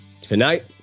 Tonight